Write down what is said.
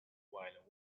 while